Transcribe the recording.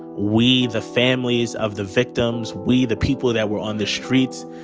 we the families of the victims, we the people that were on the streets,